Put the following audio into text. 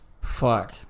Fuck